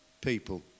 people